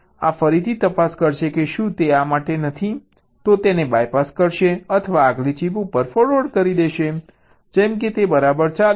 આ ફરીથી તપાસ કરશે કે શું તે આ માટે નથી તે BYPASS કરશે અથવા આગલી ચિપ ઉપર ફોરવર્ડ કરશે જેમ કે તે બરાબર ચાલે છે